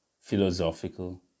philosophical